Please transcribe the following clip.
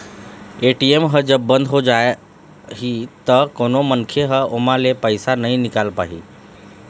ATM ह जब बंद हो जाही त कोनो मनखे ह ओमा ले पइसा ल नइ निकाल पाही